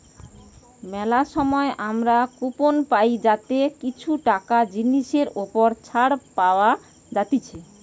মেলা সময় আমরা কুপন পাই যাতে কিছু টাকা জিনিসের ওপর ছাড় পাওয়া যাতিছে